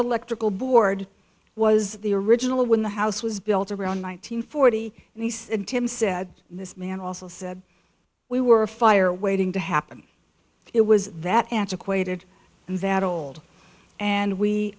electrical board was the original when the house was built around one nine hundred forty and he said tim said this man also said we were a fire waiting to happen it was that antiquated and that old and we